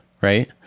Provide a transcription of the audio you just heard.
right